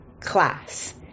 class